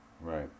Right